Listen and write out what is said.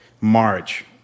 march